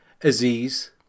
Aziz